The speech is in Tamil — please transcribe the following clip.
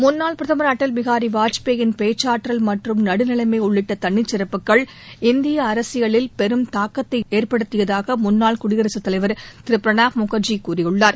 முன்னாள் பிரதமர் அடல்பிஹாரி வாஜ்பேயின் பேச்சாற்றல் மற்றும் நடுநிலைமை உள்ளிட்ட தளிச்சிறப்புகள் இந்திய அரசியலில் பெரும் தாக்கத்தை ஏற்படுத்தியதாக முன்னாள் குடியரசுத் தலைவர் திரு பிரணாப் முகர்ஜி கூறியுள்ளார்